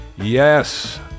Yes